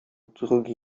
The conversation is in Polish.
drugi